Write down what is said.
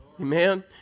Amen